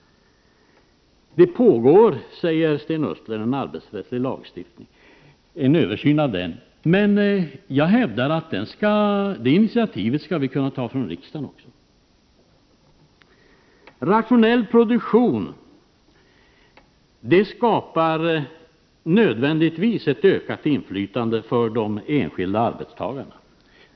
Det pågår, säger Sten Östlund, en översyn av den arbetsrättsliga lagstiftningen. Jag hävdar att riksdagen också skall kunna ta initiativ till en sådan. Rationell produktion skapar nödvändigtvis ett ökat inflytande för de enskilda arbetstagarna.